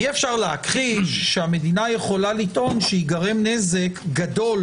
אי-אפשר להכחיש שהמדינה יכולה לטעון שייגרם נזק גדול